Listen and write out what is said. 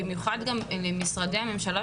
במיוחד גם למשרדי הממשלה,